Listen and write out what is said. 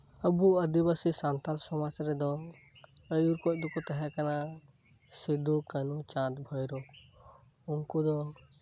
ᱟᱵᱚ ᱟᱹᱫᱤᱵᱟᱹᱥᱤ ᱥᱟᱱᱛᱟᱞ ᱥᱚᱢᱟᱡ ᱨᱮᱫᱚ ᱟᱹᱭᱩᱨᱠᱚᱡ ᱫᱚᱠᱚ ᱛᱟᱦᱮᱸ ᱠᱟᱱᱟ ᱥᱤᱫᱩ ᱠᱟᱹᱱᱦᱩ ᱪᱟᱸᱫ ᱵᱷᱚᱭᱨᱚᱵ ᱩᱱᱠᱩ ᱫᱚ